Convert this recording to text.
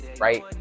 right